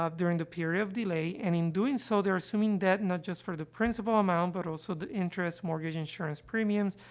during the period of delay, and in doing so, they're assuming debt not just for the principal amount, but also the interest, mortgage insurance premiums,